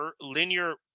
linear